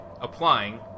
applying